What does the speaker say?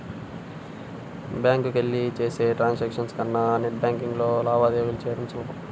బ్యాంకులకెళ్ళి చేసే ట్రాన్సాక్షన్స్ కన్నా నెట్ బ్యేన్కింగ్లో లావాదేవీలు చెయ్యడం సులభం